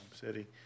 city